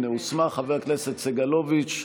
הינה, הוסמך, חבר הכנסת סגלוביץ'.